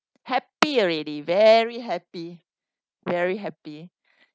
happy already very happy very happy